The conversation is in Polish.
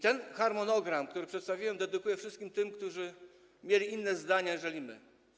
Ten harmonogram, który przedstawiłem, dedykuję wszystkim tym, którzy mieli inne zdanie aniżeli my.